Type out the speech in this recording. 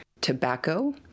tobacco